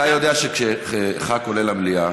אבל אתה יודע שכשחה"כ עולה למליאה,